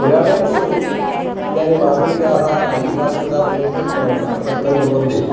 पुराणेषु इदानीम् आधुनिकाः ऐतिहासिकताम् अन्वेष्टुं प्रवृत् प्रयत्नं कुर्वन्ति